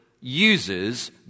uses